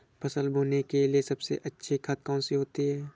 फसल बोने के लिए सबसे अच्छी खाद कौन सी होती है?